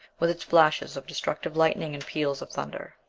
with its flashes of destructive lightning and peals of thunder.